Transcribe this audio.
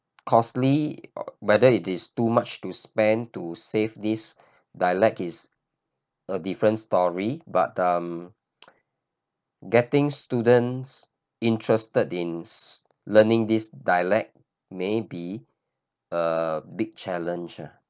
costly whether it is too much to spend to save this dialogue is a different story but um getting students interested in learning this dialect may be a big challenge